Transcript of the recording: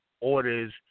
orders